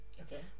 Okay